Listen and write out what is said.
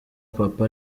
papa